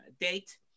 date